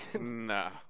No